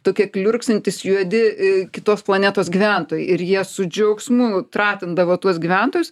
tokie kliurksintys juodi kitos planetos gyventojai ir jie su džiaugsmu tratindavo tuos gyventojus